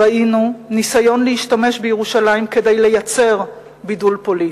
ראינו ניסיון להשתמש בירושלים כדי לייצר בידול פוליטי,